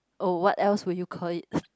oh what else would you call it